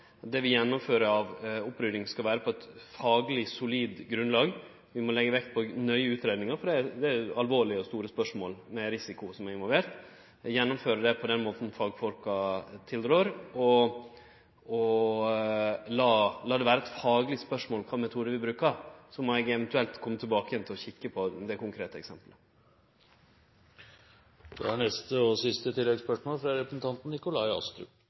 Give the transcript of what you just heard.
Vi må leggje vekt på nøye utgreiingar – for det er alvorlege og store spørsmål, med risiko involvert – og gjennomføre dei på den måten fagfolka tilrår, og la det vere eit fagleg spørsmål kva for metode ein bruker. Så må eg eventuelt kome tilbake igjen til det konkrete eksempelet. Det er jo fristende å sitere Erik Solheim igjen, men jeg skal ikke gjøre det.